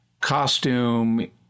costume